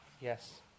yes